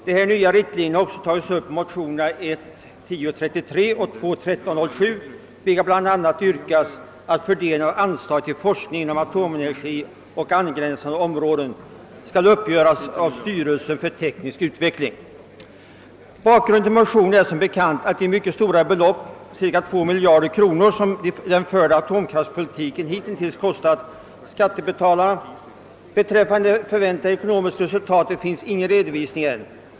Dessa nya riktlinjer har tagits upp i motionerna 1: 1033 och II: 1307, i vilka bl.a. yrkas att fördelningen av anslag till forskning inom atomenergiområdet och angränsande områden skall uppgöras av styrelsen för teknisk utveckling. Bakgrunden till motionerna är som bekant de mycket stora belopp, cirka 2 miljarder kronor, som den förda atomkraftspolitiken = hitintills kostat skattebetalarna. Beträffande det förväntade ekonomiska resultatet finns ännu ingen redovisning.